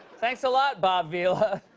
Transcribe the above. thanks a lot, bob vila.